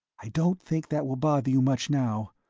i don't think that will bother you much now,